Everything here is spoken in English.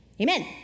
Amen